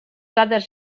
dades